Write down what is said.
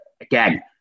again